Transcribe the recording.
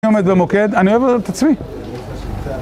אני עומד במוקד, אני אוהב את עצמי.